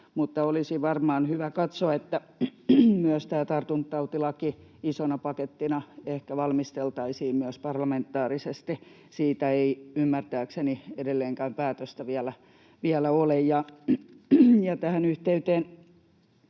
olisi varmaan hyvä katsoa, että myös tämä tartuntatautilaki isona pakettina ehkä valmisteltaisiin parlamentaarisesti. Siitä ei ymmärtääkseni edelleenkään päätöstä vielä ole. Ja tähän yhteyteen